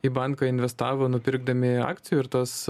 į banką investavo nupirkdami akcijų ir tas